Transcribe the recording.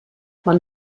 man